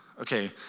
Okay